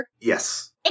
yes